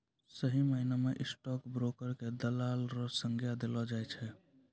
सही मायना म स्टॉक ब्रोकर क दलाल र संज्ञा देलो जाय छै